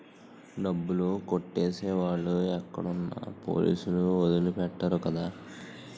డబ్బులు కొట్టేసే వాళ్ళు ఎక్కడున్నా పోలీసులు వదిలి పెట్టరు కదా